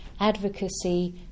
advocacy